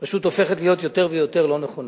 פשוט הופכת להיות יותר ויותר לא נכונה.